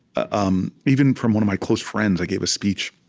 um even from one of my close friends i gave a speech